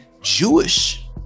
Jewish